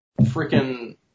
Freaking